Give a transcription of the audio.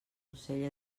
ocell